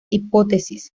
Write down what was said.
hipótesis